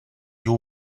you